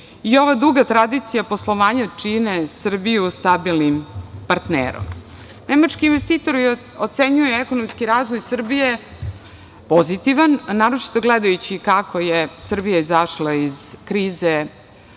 i ova duga tradicija poslovanja čini Srbiju stabilnim partnerom. Nemački investitori ocenjuju ekonomski razvoj Srbije pozitivan, naročito gledajući kako je Srbija izašla iz korona